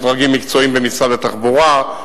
יש דרגים מקצועיים במשרד התחבורה,